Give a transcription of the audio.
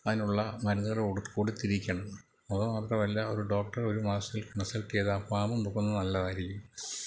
അതിനുള്ള മരുന്നുകൾ കൊടു കൊടുത്തിരിക്കണം അതുമാത്രമല്ല ഒരു ഡോക്ടർ ഒരു മാസത്തില് കൺസൾട്ട് ചെയ്ത് ആ ഫാമും നോക്കുന്നത് നല്ലതായിരിക്കും